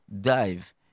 dive